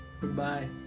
goodbye